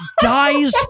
dies